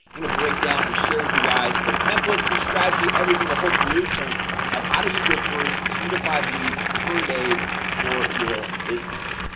you know break down and share with you guys the templates, the strategy, everything, the whole blueprint of how to get your first two to five leads per day for your business.